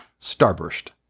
Starburst